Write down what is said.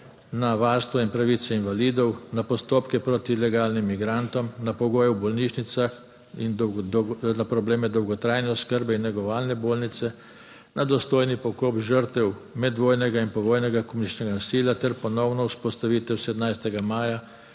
na varstvo in pravice invalidov, na postopke proti ilegalnim migrantom, na pogoje v bolnišnicah in na probleme dolgotrajne oskrbe in negovalne bolnice, na dostojni pokop žrtev medvojnega in povojnega komunističnega nasilja ter ponovno vzpostavitev 17. maja